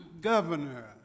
Governor